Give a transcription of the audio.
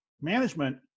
management